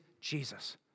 Jesus